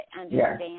understand